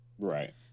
right